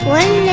one